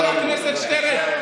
חבר הכנסת שטרן,